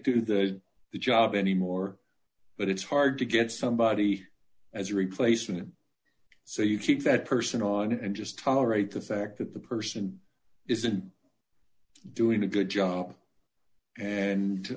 do the job anymore but it's hard to get somebody as a replacement so you keep that person on and just tolerate the fact that the person isn't doing a good job and